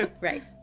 Right